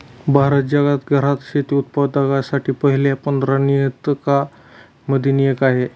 भारत जगात घरात शेती उत्पादकांसाठी पहिल्या पंधरा निर्यातकां न मधला एक आहे